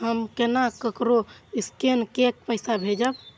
हम केना ककरो स्केने कैके पैसा भेजब?